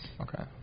Okay